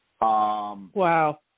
Wow